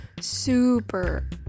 super